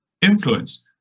influence